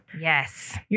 Yes